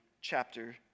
chapter